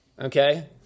Okay